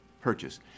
purchase